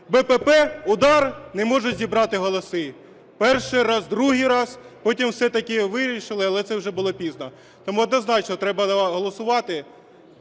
ББП, "УДАР" не можуть зібрати голоси. Перший раз, другий раз. Потім все-таки вирішили, але це вже було пізно. Тому, однозначно, треба голосувати.